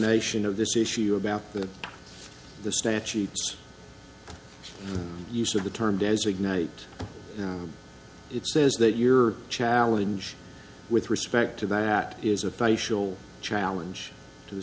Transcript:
nation of this issue about the statute use of the term designate it says that your challenge with respect to that is a facial challenge to the